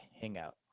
hangout